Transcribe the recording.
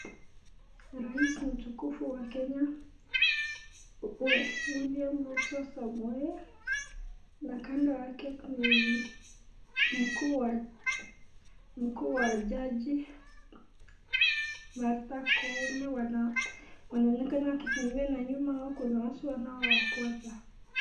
Rais mtukufu wa Kenya Wlliam Ruto Samoe na kando wake kuna mkuu wa jaji Martha Koome wanaonekana wakitembea na nyuma yao kuna watu wanaowafuata.